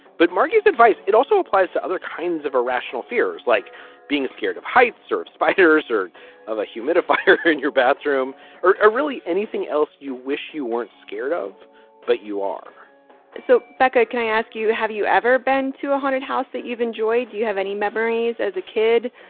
but marcie's advice it also applies to other kinds of irrational fears like being scared of heights or of spiders or of a humidifier in your bathroom or or really anything else you wish you weren't scared of but you are so becca can i ask you have you ever been to a haunted house that you've enjoyed do you have any memories as a kid